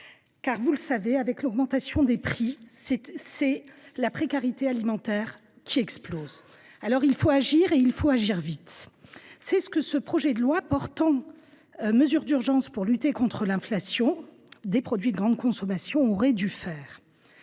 Vous le savez, avec l’augmentation des prix, c’est la précarité alimentaire qui explose. Il faut agir, et vite. C’est ce que ce projet de loi portant mesures d’urgence pour lutter contre l’inflation des produits de grande consommation aurait dû faire.